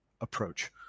approach